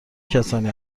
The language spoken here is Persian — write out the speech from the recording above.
کسانی